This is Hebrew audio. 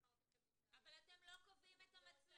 ואחר כך הם יתנערו --- אבל אתם לא קובעים את המצלמות.